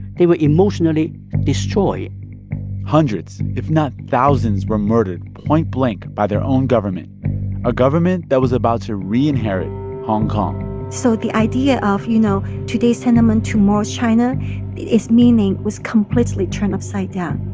they were emotionally destroyed hundreds, if not thousands, were murdered point blank by their own government a government that was about to re-inherit hong kong so the idea of, you know, today's tiananmen, tomorrow's china it's meaning was completely turned upside down.